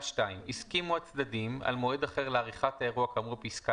(2) הסכימו הצדדים על מועד אחר לעריכת האירוע כאמור בפסקה